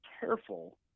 careful